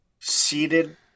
Seated